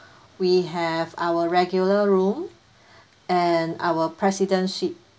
we have our regular room and our president suite